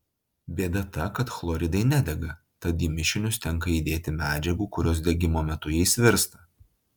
bėda ta kad chloridai nedega tad į mišinius tenka įdėti medžiagų kurios degimo metu jais virsta